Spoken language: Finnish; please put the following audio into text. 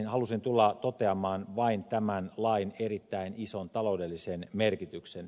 halusin tulla toteamaan vain tämän lain erittäin ison taloudellisen merkityksen